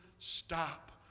Stop